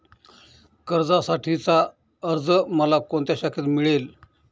कर्जासाठीचा अर्ज मला कोणत्या शाखेत मिळेल?